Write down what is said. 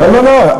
לא לא לא,